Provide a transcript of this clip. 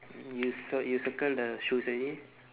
you cir~ you circle the shoes already